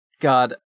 god